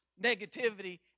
negativity